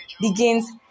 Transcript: begins